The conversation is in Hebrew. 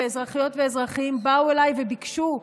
ואזרחיות ואזרחים באו אליי וביקשו,